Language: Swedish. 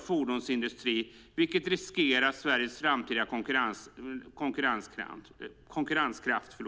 fordonsindustrin, vilket riskerar Sveriges framtida konkurrenskraft.